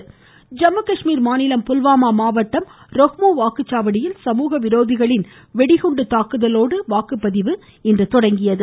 ஜம்முகாஷ்மீர் ஜம்முகாஷ்மீர் மாநிலம் புல்வாமா மாவட்டம் ரொஹ்மு வாக்குச்சாவடியில் சமூகவிரோதிகளின் வெடிகுண்டு தாக்குதலோடு வாக்குப்பதிவு இன்று தொடங்கியது